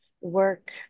work